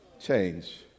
change